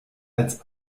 als